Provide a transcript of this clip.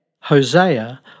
Hosea